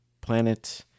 planet